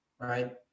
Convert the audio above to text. Right